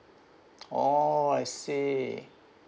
oh I see